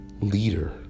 leader